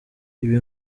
ibi